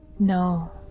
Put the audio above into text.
No